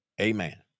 Amen